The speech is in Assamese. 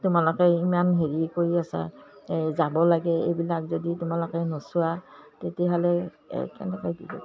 তোমালোকে ইমান হেৰি কৰি আছা এই যাব লাগে এইবিলাক যদি তোমালোকে নোচোৱা তেতিয়াহ'লে কেনেকৈ কি কৰিবা